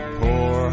poor